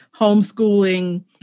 Homeschooling